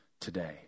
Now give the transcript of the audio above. today